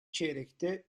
çeyrekte